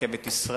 רכבת ישראל,